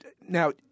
now